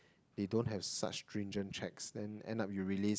they don't have such stringent checks then end up you release